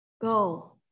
Go